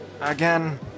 Again